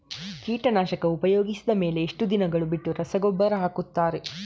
ಕೀಟನಾಶಕ ಉಪಯೋಗಿಸಿದ ಮೇಲೆ ಎಷ್ಟು ದಿನಗಳು ಬಿಟ್ಟು ರಸಗೊಬ್ಬರ ಹಾಕುತ್ತಾರೆ?